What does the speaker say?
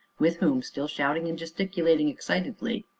with whom, still shouting and gesticulating excitedly,